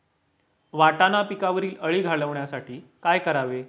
वाटाणा पिकावरील अळी घालवण्यासाठी काय करावे?